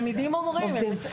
תלמידים אומרים, הם לא רצים.